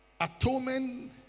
Atonement